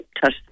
touch